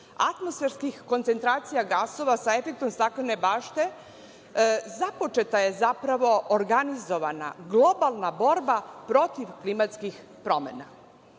atmosferskih koncentracija gasova sa efektom staklene bašte, započeta je zapravo, organizovana globalna borba protiv klimatskih promena.